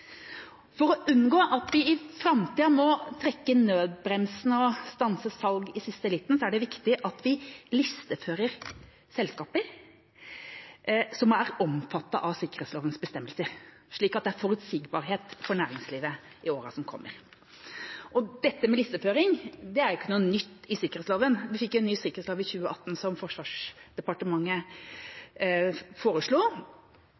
For å unngå at man i framtida må trekke i nødbremsen og stanse salg i siste liten, er det viktig at vi listefører selskaper som er omfattet av sikkerhetslovens bestemmelser, slik at det er forutsigbarhet for næringslivet i årene som kommer. Listeføring er ikke noe nytt i sikkerhetsloven. Vi fikk en ny sikkerhetslov i 2018, som Forsvarsdepartementet foreslo,